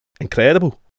incredible